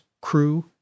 crew